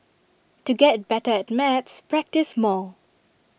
to get better at maths practise more